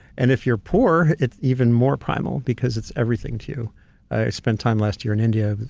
and if you're poor, it's even more primal, because it's everything to you. i spent time last year in india,